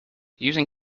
using